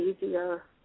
easier